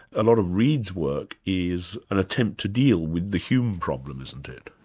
a lot of reid's work is an attempt to deal with the hume problem, isn't it?